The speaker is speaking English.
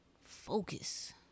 Focus